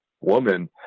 woman